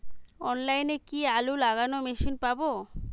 অনলাইনে কি আলু লাগানো মেশিন পাব?